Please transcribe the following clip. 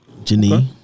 Janine